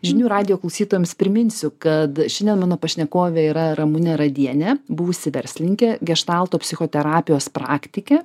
žinių radijo klausytojams priminsiu kad šiandien mano pašnekovė yra ramūnė radienė buvusi verslininkė geštalto psichoterapijos praktikė